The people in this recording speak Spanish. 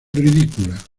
ridícula